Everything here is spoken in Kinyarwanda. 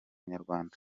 nyarwanda